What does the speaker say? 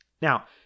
Now